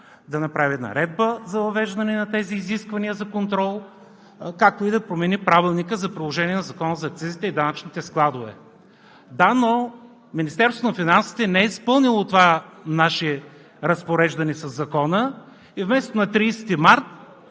да направи наредба за въвеждане на тези изисквания за контрол, както и да промени Правилника за приложение на Закона за акцизите и данъчните складове. Да, но Министерството на финансите не е изпълнило това наше разпореждане със Закона и вместо на 30 март